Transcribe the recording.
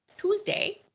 Tuesday